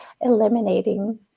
eliminating